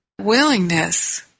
willingness